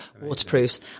waterproofs